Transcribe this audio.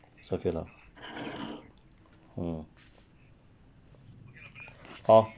so fail lah mm hor